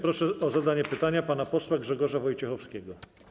Proszę o zadanie pytania pana posła Grzegorza Wojciechowskiego.